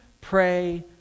pray